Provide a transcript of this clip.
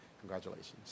congratulations